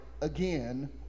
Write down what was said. again